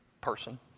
person